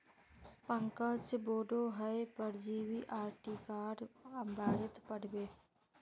पंकज बोडो हय परजीवी आर टीकार बारेत पढ़ बे